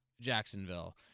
Jacksonville